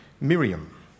Miriam